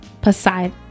Poseidon